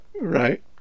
Right